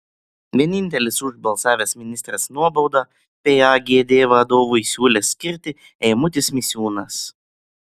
vienintelis už balsavęs ministras nuobaudą pagd vadovui siūlęs skirti eimutis misiūnas